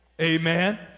Amen